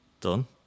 done